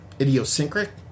Idiosyncratic